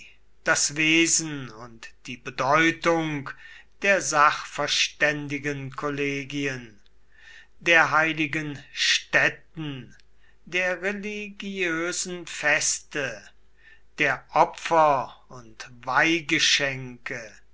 das wesen und die bedeutung der sachverständigenkollegien der heiligen stätten der religiösen feste der opfer und weihgeschenke